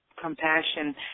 compassion